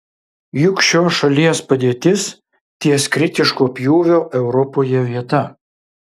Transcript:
juk šios šalies padėtis ties kritiško pjūvio europoje vieta